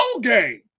game